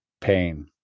Pain